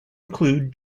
include